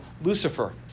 Lucifer